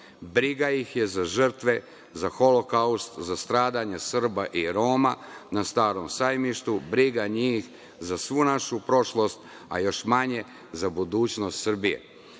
Briga ih je za žrtve, za holokaust, za stradanje Srba i Roma na Starom sajmištu, briga njih za svu našu prošlost, a još manje za budućnost Srbije. Na